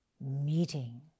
meeting